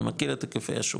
אני מכיר את היקפי השוק,